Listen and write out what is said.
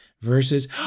versus